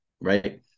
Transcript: right